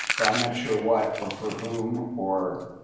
but i'm not sure what or for whom or.